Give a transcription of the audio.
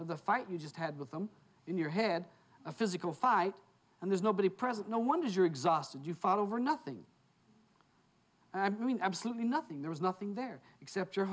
the fight you just had with them in your head a physical fight and there's nobody present no wonder you're exhausted you fall over nothing i mean absolutely nothing there is nothing there except your